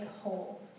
whole